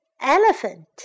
elephant